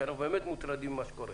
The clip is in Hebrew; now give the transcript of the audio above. כי אנחנו באמת מוטרדים ממה שקורה.